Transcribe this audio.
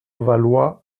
valois